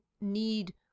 need